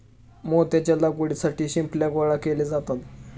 मोत्याच्या लागवडीसाठी शिंपल्या गोळा केले जातात